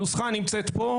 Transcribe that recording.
הנוסחה של זה נמצאת במצגת.